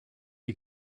you